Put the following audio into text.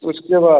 उसके बाद